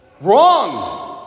Wrong